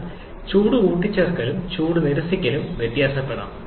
എന്നാൽ ചൂട് കൂട്ടിച്ചേർക്കലും ചൂട് നിരസിക്കലും വ്യത്യാസപ്പെടാം